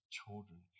children